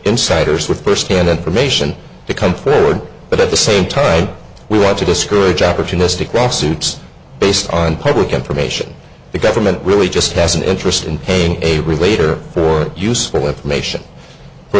insiders with firsthand information to come forward but at the same time we want to discourage opportunistic lawsuits based on public information the government really just has an interest in paying a relator for useful information for